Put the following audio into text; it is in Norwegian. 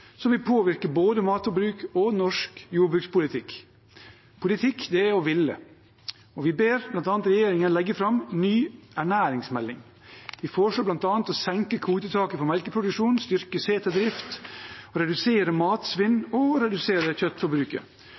som vil påvirke både matforbruk og norsk jordbrukspolitikk. Politikk er å ville, og vi ber bl.a. regjeringen legge fram en ny ernæringsmelding. Vi foreslår bl.a. å senke kvotetaket på melkeproduksjon, styrke seterdrift, redusere matsvinn og å redusere kjøttforbruket.